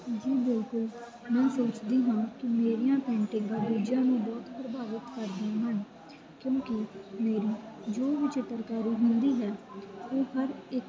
ਜੀ ਬਿਲਕੁਲ ਮੈਂ ਸੋਚਦੀ ਹਾਂ ਕਿ ਮੇਰੀਆਂ ਪੇਂਟਿੰਗਾਂ ਦੂਜਿਆਂ ਨੂੰ ਬਹੁਤ ਪ੍ਰਭਾਵਿਤ ਕਰਦੀਆਂ ਹਨ ਕਿਉਂਕਿ ਮੇਰੀ ਜੋ ਵੀ ਚਿੱਤਰਕਾਰੀ ਹੁੰਦੀ ਹੈ ਉਹ ਹਰ ਇੱਕ